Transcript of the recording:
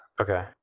Okay